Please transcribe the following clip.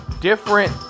different